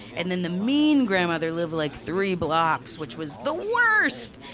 and then the mean grandmother lived like three blocks. which was the worst!